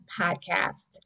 podcast